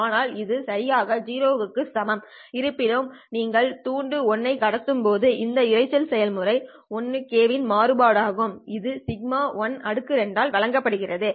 ஆனால் இது சரியாக 0 க்கு சமம் இருப்பினும் நீங்கள் துண்டு 1 ஐ கடத்தும் போது இந்த இரைச்சல் செயல்முறை Ik இன் மாறுபாடு ஆகும் இது σ12 ஆல் வழங்கப்படுகிறது